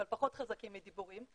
אבל פחות חזקים בדיבורים,